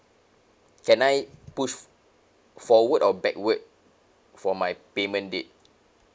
can I push forward or backward for my payment date